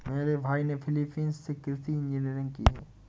मेरे भाई ने फिलीपींस से कृषि इंजीनियरिंग की है